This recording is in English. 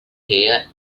here